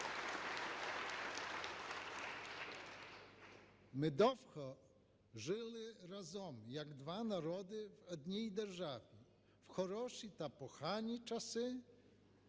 Ми довго жили разом як два народи в одній державі в хороші та погані часи